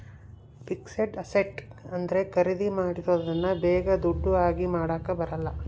fixed asset ಅಂದ್ರೆ ಖರೀದಿ ಮಾಡಿರೋದನ್ನ ಬೇಗ ದುಡ್ಡು ಆಗಿ ಮಾಡಾಕ ಬರಲ್ಲ